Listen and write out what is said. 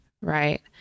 right